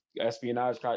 espionage